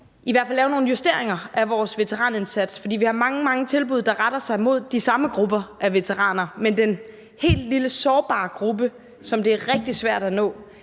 i hvert fald skal lave nogle justeringer af vores veteranindsats, fordi vi har mange, mange tilbud, der retter sig mod de samme grupper af veteraner. Men den helt lille sårbare gruppe, som det er rigtig svært at nå,